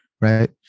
right